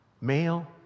Male